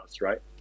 right